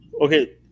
okay